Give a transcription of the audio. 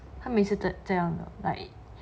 她每次这这样的 like